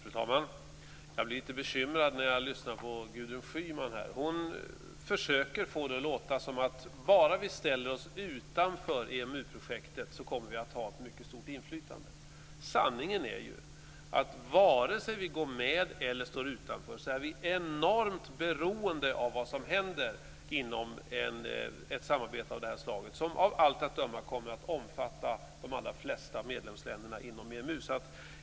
Fru talman! Jag blir lite bekymrad när jag lyssnar på Gudrun Schyman. Hon försöker få det att låta som om bara vi ställer oss utanför EMU-projektet så kommer vi att ha ett mycket stort inflytande. Sanningen är ju att vare sig vi går med eller står utanför är vi enormt beroende av vad som händer inom ett samarbete av det här slaget, som av allt att döma kommer att omfatta de allra flesta medlemsländer inom EMU.